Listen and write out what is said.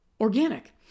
organic